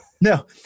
No